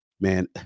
man